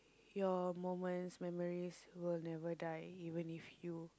your moments memories will never die even if you